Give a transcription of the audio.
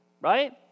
right